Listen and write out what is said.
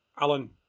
Alan